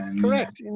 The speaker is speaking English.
Correct